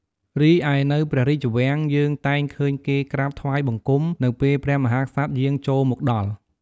រីឯនៅព្រះរាជវាំង យើងតែងឃើញគេក្រាបថ្វាយបង្គំនៅពេលព្រះមហាក្សត្រយាងចូលមកដល់។